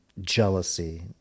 jealousy